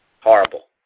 Horrible